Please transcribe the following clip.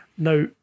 Now